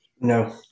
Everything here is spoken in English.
No